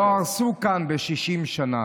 לא הרסו כאן ב-60 שנה.